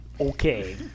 okay